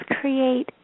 create